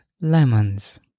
lemons